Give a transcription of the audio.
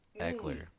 Eckler